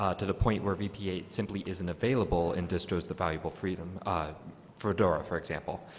ah to the point where v p eight simply isn't available and destroys the valuable freedom for dora, for example.